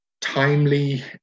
timely